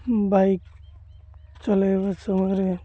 bike ଚଲାଇବା ସମୟରେ